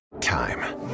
Time